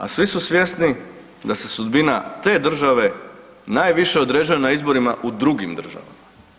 A svi su svjesni da se sudbina te države najviše određuje na izborima u drugim državama.